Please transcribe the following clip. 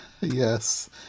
Yes